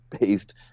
based